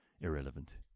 irrelevant